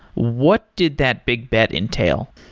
what did that big bet entail?